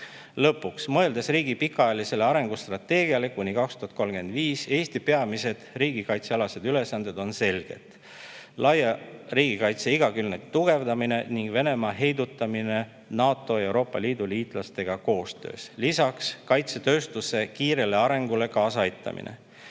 Lõpuks, mõeldes riigi pikaajalisele arengustrateegiale kuni 2035, on Eesti peamised riigikaitsealased ülesanded selged: laia riigikaitse igakülgne tugevdamine ning Venemaa heidutamine NATO ja Euroopa Liidu liitlastega koostöös. Lisaks [on tähtis] kaitsetööstuse kiirele arengule kaasaaitamine.